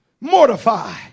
mortify